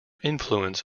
influence